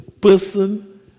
person